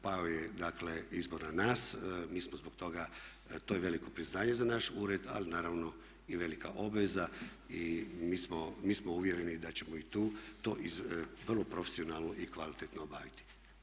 Pao je dakle izbor na nas, mi smo zbog toga, to je veliko priznanje za naš ured, ali naravno i velika obaveza i mi smo uvjereni da ćemo i to vrlo profesionalno i kvalitetno obaviti.